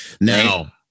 Now